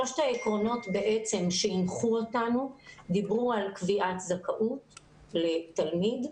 שלושת העקרונות שהנחו אותנו דיברו על קביעת זכאות לתלמיד,